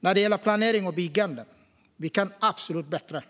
när det gäller planering och byggande: Vi kan absolut bättre.